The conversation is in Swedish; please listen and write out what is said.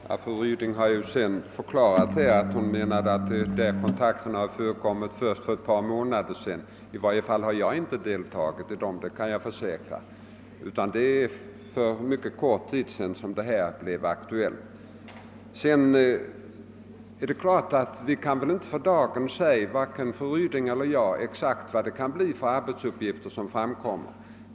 Herr talman! Fru Ryding har nu förklarat att hon menade att kontakterna i fråga förekommit först för ett par månader sedan. I varje fall har jag inte deltagit i dem, det kan jag försäkra. Det är för mycket kort tid sedan det hela blev aktuellt. Det är klart att varken fru Ryding eller jag för dagen kan säga exakt vad det kan bli för arbetsuppgifter som framkommer.